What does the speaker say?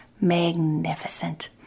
Magnificent